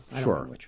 Sure